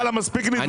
מספיק להתווכח.